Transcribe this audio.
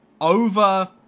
over